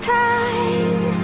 time